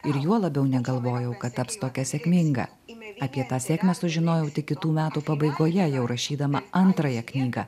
ir juo labiau negalvojau kad taps tokia sėkminga apie tą sėkmę sužinojau tik kitų metų pabaigoje jau rašydama antrąją knygą